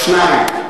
שניים.